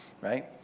right